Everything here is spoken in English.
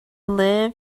live